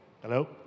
Hello